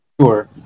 sure